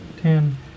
ten